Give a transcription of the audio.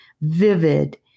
vivid